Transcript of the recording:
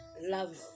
love